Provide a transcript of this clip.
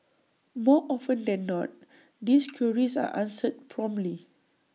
more often than not these queries are answered promptly